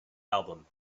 album